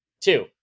Two